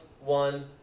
one